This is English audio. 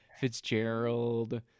Fitzgerald